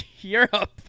Europe